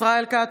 ישראל כץ,